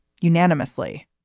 unanimously